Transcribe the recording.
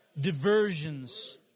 diversions